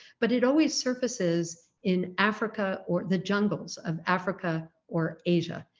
but it always surfaces in africa or the jungles of africa or asia.